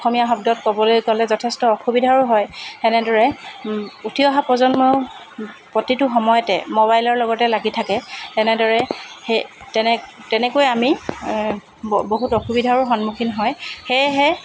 অসমীয়া শব্দত ক'বলৈ গ'লে যথেষ্ট অসুবিধাও হয় তেনেদৰে উঠি অহা প্ৰজন্মও প্ৰতিটো সময়তে মোবাইলৰ লগতে লাগি থাকে এনেদৰে সেই তেনে তেনেকৈ আমি ব বহুত অসুবিধাৰো সন্মুখীন হয় সেয়েহে